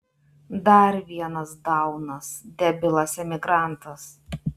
dar vienas daunas debilas emigrantas